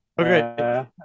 Okay